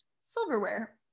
silverware